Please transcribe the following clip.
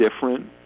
different